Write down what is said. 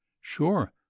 Sure